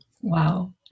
wow